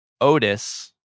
Otis